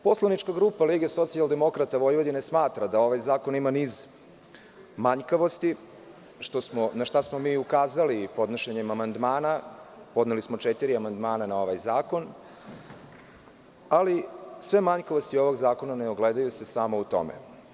Poslanička grupa LSV smatra da ovaj zakon ima niz manjkavosti, na šta smo mi i ukazali podnošenjem amandmana, podneli smo četiri amandmana na ovaj zakon, ali sve manjkavosti ovog zakona ne ogledaju se samo u tome.